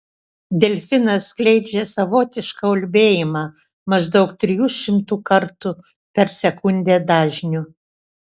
delfinas skleidžia savotišką ulbėjimą maždaug trijų šimtų kartų per sekundę dažniu